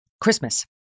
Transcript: Christmas